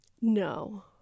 No